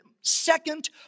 second